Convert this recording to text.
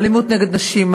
אלימות נגד נשים,